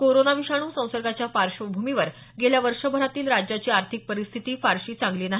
corona विषाणू संसर्गाच्या पार्श्वभूमीवर गेल्या वर्षभरातील राज्याची आर्थिक परिस्थिती फारसी चांगली नाही